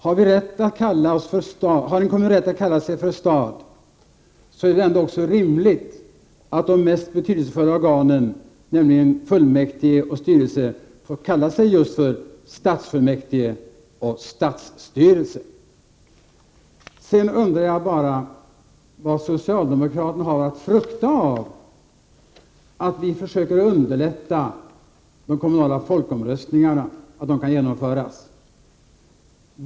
Har en kommun rätt att kalla sig stad, då är det också rimligt att de mest betydelsefulla organen, nämligen fullmäktige och styrelse, får kalla sig stadsfullmäktige och stadsstyrelse. Jag undrar vad socialdemokraterna har att frukta av att vi försöker underlätta genomförandet av kommunala folkomröstningar.